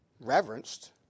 reverenced